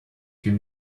fut